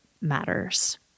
matters